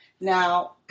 Now